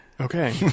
Okay